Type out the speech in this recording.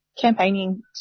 campaigning